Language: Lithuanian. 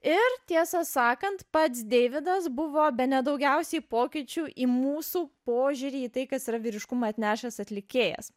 ir tiesą sakant pats deividas buvo bene daugiausiai pokyčių į mūsų požiūrį į tai kas yra vyriškumą atnešęs atlikėjas